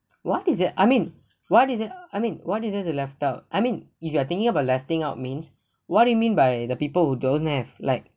what is it I mean what is it I mean what is there to left out I mean if you are thinking about letting out means what do you mean by the people who don't have like